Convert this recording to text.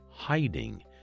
Hiding